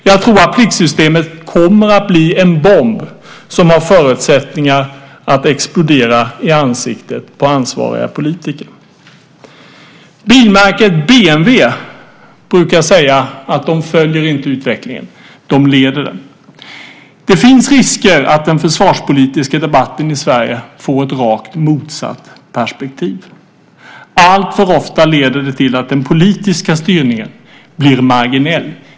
Jag tror att pliktsystemet kommer att bli en bomb som har förutsättningar att explodera i ansiktet på ansvariga politiker. Bilmärket BMW brukar säga att de inte följer utvecklingen, att de leder den. Det finns risk för att den försvarspolitiska debatten i Sverige får ett rakt motsatt perspektiv. Alltför ofta leder det till att den politiska styrningen blir marginell.